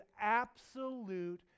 absolute